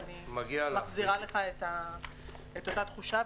ואני מחזירה לך את אותה תחושה.